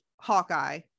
Hawkeye